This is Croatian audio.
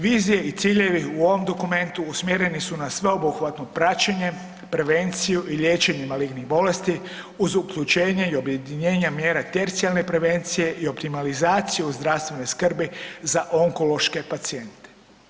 Vizije i ciljevi u ovom dokumenti usmjereni su na sveobuhvatno praćenje, prevenciju i liječenje malignih bolesti uz uključenje i objedinjenje mjere tercijarne prevencije i optimalizaciju zdravstvene skrbi za onkološke pacijente.